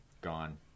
Gone